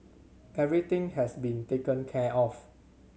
everything has been taken care of